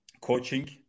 coaching